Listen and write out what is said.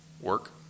work